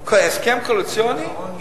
הסכם קואליציוני,